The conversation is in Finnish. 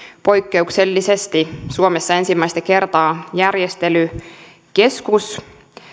poikkeuksellisesti suomessa ensimmäistä kertaa järjestelykeskus